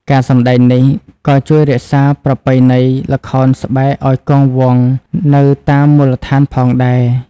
ការសម្តែងនេះក៏ជួយរក្សាប្រពៃណីល្ខោនស្បែកឱ្យគង់វង្សនៅតាមមូលដ្ឋានផងដែរ។